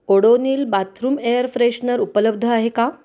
Odonil bathroom air freshener उपलब्ध आहे का